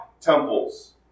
temples